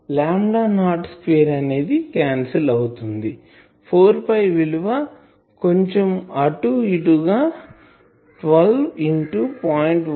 కాబట్టి lambda naught square అనేది cancel అవుతుంది 4 పై విలువ కొంచెం అటుఇటుగా 12 ఇంటూ 0